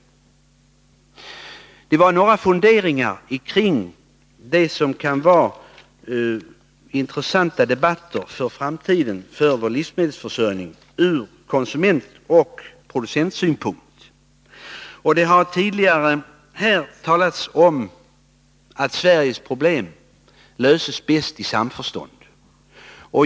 Detta var några funderingar kring det som kan bädda för intressanta debatter i framtiden om vår livsmedelsförsörjning från konsumentoch producentsynpunkt. Det har här tidigare talats om att Sveriges problem löses bäst i samförstånd.